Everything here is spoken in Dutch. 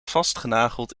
vastgenageld